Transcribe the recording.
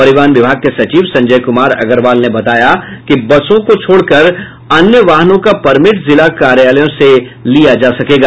परिवहन विभाग के सचिव संजय क्मार अग्रवाल ने बताया कि बसों को छोड़कर अन्य वाहनों का परमिट जिला कार्यालयों से लिया जा सकेगा